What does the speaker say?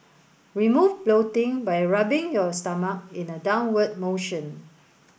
we move floating by rubbing your stomach in an downward motion